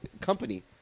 company